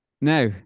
now